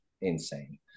insane